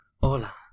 Hola